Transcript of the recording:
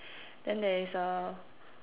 then there is a